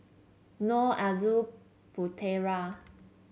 Nor Aizat Putera